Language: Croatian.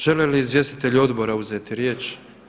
Žele li izvjestitelji odbora uzeti riječ?